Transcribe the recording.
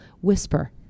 whisper